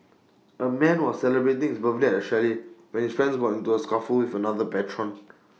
A man was celebrating his birthday at A chalet when his friends got into A scuffle with another patron